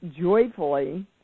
joyfully